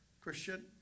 Christian